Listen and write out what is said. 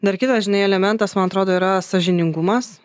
dar kitas žinai elementas man atrodo yra sąžiningumas